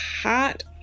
hot